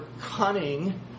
cunning